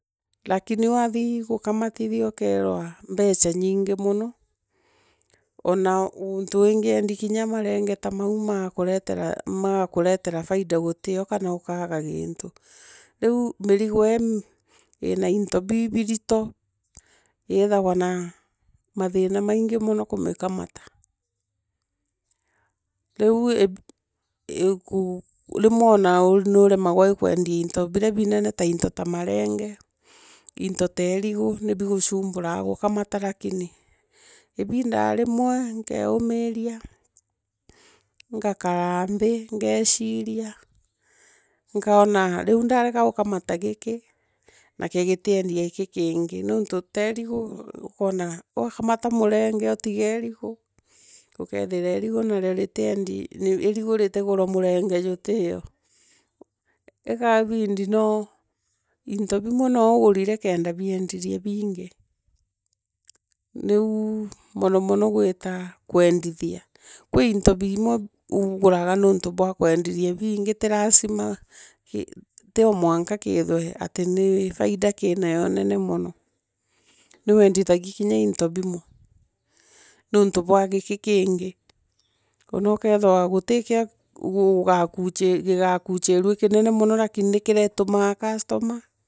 Lakini wathii gukamatithia ukorwa mbeca nyiingi inono ona tungiendia marege ta mau maakuretera faida gutio kana ukaaga gintu. Riumirigo ee into bibirito. ithagwa na mathira maingi mono kumikamata. Riu ib igu. rimwe nwoonaa nuremagwa i kwenda into birea birene ta into ta marenge, into ta irigu. nibigochumburaa gokemata lakini imbindaa rimwe nkeemiria ngakara nthii ngeechima. nkona riu ndaaga gokomata giki na githendia gii kingi nontu tengo nokwona woikamata murenge utige irigo ukeethira irigo navio vitiendio irigo ritigurwa murenge jutio. Ikabidi no inti biiriwa neegurire kenda biendia bingi. Niu monomono gwitaa kwondithia, kwi into birimwe uguraga nontu bwa kweendithie bingi ti rasima, ti amwoka bithirwo ati ni kineo mono. Ni wendithigia kinya into bimwe nontu bwa giki kingi ono ukethira gutikio kigakwichi rua i kinene rakini nikitumaa customer.